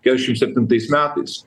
kesšim septintais metais